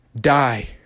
die